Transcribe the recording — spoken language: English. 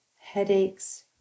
headaches